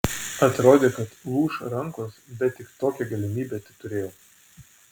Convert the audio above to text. atrodė kad lūš rankos bet tik tokią galimybę teturėjau